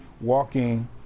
walking